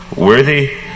worthy